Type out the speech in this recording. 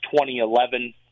2011